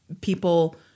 people